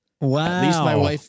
Wow